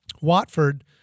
Watford